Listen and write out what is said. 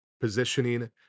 positioning